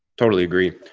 totally agree.